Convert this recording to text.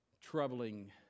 troubling